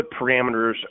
parameters